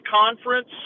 conference